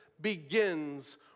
begins